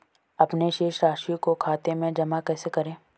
अपने शेष राशि को खाते में जमा कैसे करें?